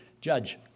judge